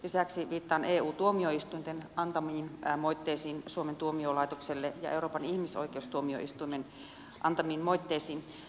lisäksi viittaan eu tuomioistuimen antamiin moitteisiin suomen tuomiolaitokselle ja euroopan ihmisoikeustuomioistuimen antamiin moitteisiin